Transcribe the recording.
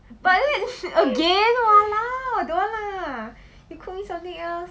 but that again !walao! don't want lah you cook me something else